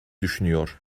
düşünüyor